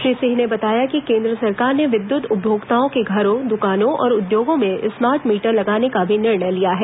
श्री सिंह ने बताया कि केन्द्र सरकार ने विद्युत उपभोक्ताओं के घरों दुकानों और उद्योगों में स्मार्ट मीटर लगाने का भी निर्णय लिया है